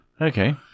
Okay